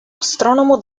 astronomo